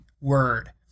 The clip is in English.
word